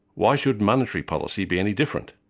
why should monetary policy be any different?